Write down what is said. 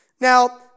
Now